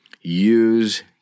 Use